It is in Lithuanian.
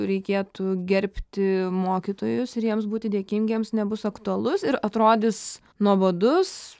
reikėtų gerbti mokytojus ir jiems būti dėkingiems nebus aktualus ir atrodys nuobodus